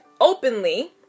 openly